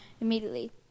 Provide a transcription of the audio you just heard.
immediately